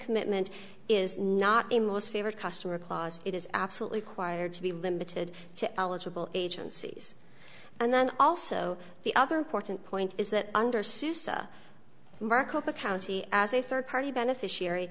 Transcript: commitment is not in most favored customer clause it is absolutely quired to be limited to eligible agencies and then also the other important point is that under susa markup a county as a third party beneficiary